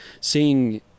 seeing